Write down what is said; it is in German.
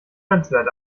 grenzwert